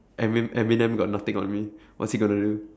emi~ eminem got nothing on me what's he going to do